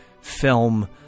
film